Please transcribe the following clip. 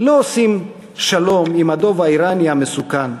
לא עושים שלום עם הדוב האיראני המסוכן,